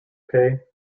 pay